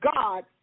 God